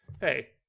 hey